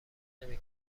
نمی